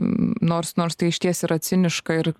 nors nors tai išties yra ciniška ir